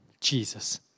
Jesus